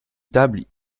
table